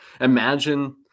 imagine